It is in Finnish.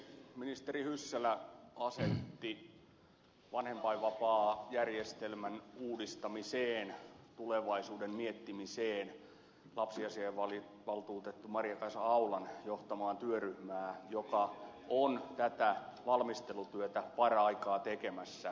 ministeri hyssälä asetti vanhempainvapaajärjestelmän uudistamiseen sen tulevaisuuden miettimiseen lapsiasiavaltuutettu maria kaisa aulan johtaman työryhmän joka on tätä valmistelutyötä paraikaa tekemässä